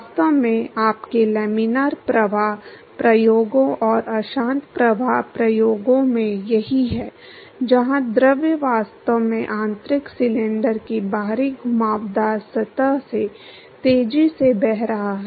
वास्तव में आपके लेमिनार प्रवाह प्रयोगों और अशांत प्रवाह प्रयोगों में यही है जहां द्रव वास्तव में आंतरिक सिलेंडर की बाहरी घुमावदार सतह से तेजी से बह रहा है